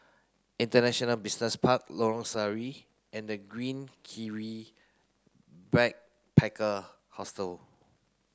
International Business Park Lorong Sari and The Green Kiwi Backpacker Hostel